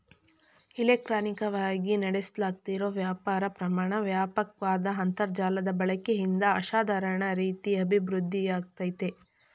ಇಲೆಕ್ಟ್ರಾನಿಕವಾಗಿ ನಡೆಸ್ಲಾಗ್ತಿರೋ ವ್ಯಾಪಾರ ಪ್ರಮಾಣ ವ್ಯಾಪಕ್ವಾದ ಅಂತರ್ಜಾಲದ ಬಳಕೆಯಿಂದ ಅಸಾಧಾರಣ ರೀತಿ ಅಭಿವೃದ್ಧಿಯಾಗಯ್ತೆ